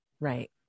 Right